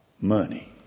money